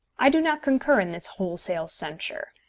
i do not concur in this wholesale censure.